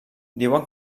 diuen